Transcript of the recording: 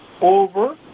over